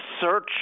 search